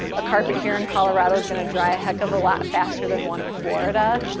a carpet here in colorado is gonna dry heck of a lot faster than one in florida,